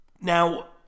Now